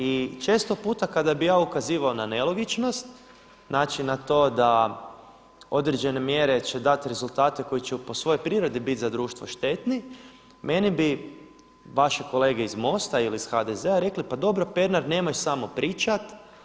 I često puta kada bih ja ukazivao na nelogičnost, znači na to da određene mjere će dati rezultate koji će po svojoj prirodi biti za društvo štetni meni bi vaše kolege iz MOST-a ili iz HDZ-a rekli, pa dobro Pernar nemoj samo pričat.